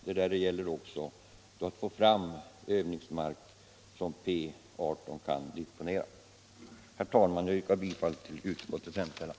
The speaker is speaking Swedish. Det gäller att få fram övningsmark, som P 18 kan disponera. Herr talman! Jag yrkar bifall till utskottets hemställan.